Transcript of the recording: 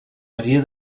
maria